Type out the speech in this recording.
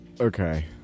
Okay